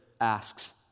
asks